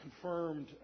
confirmed